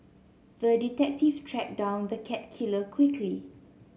the detective tracked down the cat killer quickly